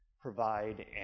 provide